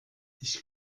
ich